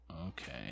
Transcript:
Okay